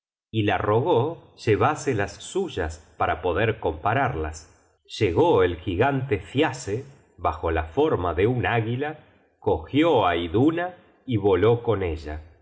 y la rogó llevase las suyas para poder compararlas llegó el gigante thiasse bajo la forma de un águila cogió á iduna y voló con ella